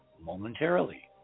momentarily